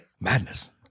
madness